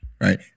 Right